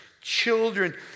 children